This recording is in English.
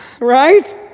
Right